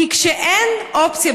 כי כשאין אופציה,